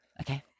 okay